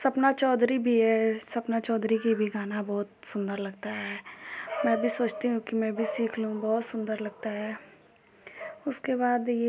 सपना चौधरी भी है सपना चौधरी की भी गाना बहुत सुन्दर लगता है मैं भी सोचती हूँ कि मैं भी सीख लूँ बहुत सुन्दर लगता है उसके बाद ये